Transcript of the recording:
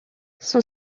son